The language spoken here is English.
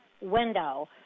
window